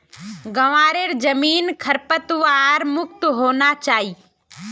ग्वारेर जमीन खरपतवार मुक्त होना चाई